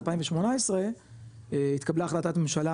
2018 התקבלה החלטת ממשלה